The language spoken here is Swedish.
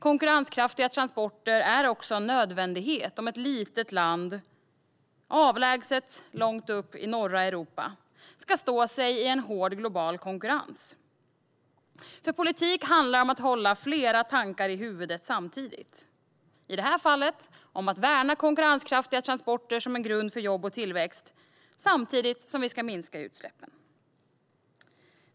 Konkurrenskraftiga transporter är också en nödvändighet om ett litet avlägset land, långt upp i norra Europa, ska stå sig i en hård global konkurrens. Politik handlar om att hålla flera tankar i huvudet samtidigt. I det här fallet handlar det om att värna konkurrenskraftiga transporter som en grund för jobb och tillväxt, samtidigt som vi ska minska utsläppen.